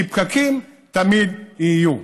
כי פקקים תמיד יהיו.